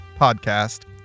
podcast